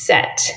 Set